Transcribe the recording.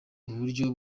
uburyo